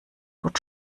gut